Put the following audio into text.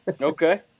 Okay